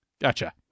Gotcha